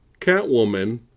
Catwoman